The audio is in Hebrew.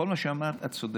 בכל מה שאמרת את צודקת.